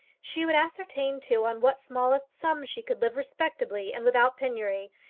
she would ascertain, too, on what smallest sum she could live respectably and without penury,